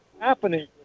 happening